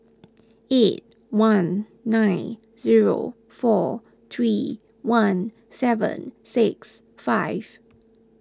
eight one nine zero four three one seven six five